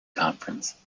conference